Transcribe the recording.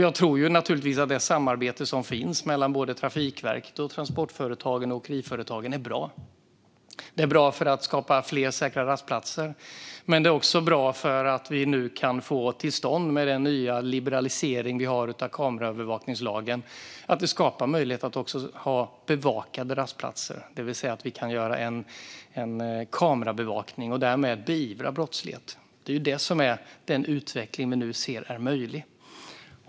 Jag tror naturligtvis att det samarbete som finns mellan Trafikverket och transport och åkeriföretagen är bra. Det är bra för att skapa fler säkra rastplatser men också för att vi nu, med den nya liberaliseringen av kameraövervakningslagen, kan få till stånd möjligheter att ha bevakade rastplatser - det vill säga att vi kan ha kamerabevakning och därmed beivra brottslighet. Det är den utvecklingen vi nu ser är möjlig.